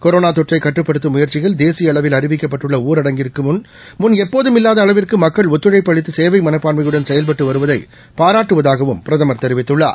கொரோனாதொற்றைக் கட்டுப்படுத்தும் முயற்சியில் தேசியஅளவில் அறிவிக்கப்பட்டுள்ளஊரடங்கிற்குமுள் எப்போதும் இல்லாதஅளவிற்குமக்கள் ஒத்துழைப்பு அளித்துசேவைமனப்பான்மையுடன் செயல்பட்டுவருவதைபாராட்டுவதாகவும் பிரதமர் தெரிவித்துள்ளார்